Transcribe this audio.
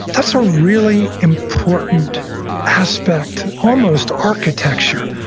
that's a really important aspect, almost architecture,